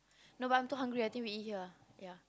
no but I'm too hungry I think we eat here ah yeah